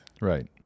Right